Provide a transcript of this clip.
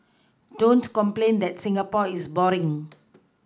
don't complain that Singapore is boring